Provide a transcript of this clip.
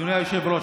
אדוני היושב-ראש,